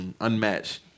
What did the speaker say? unmatched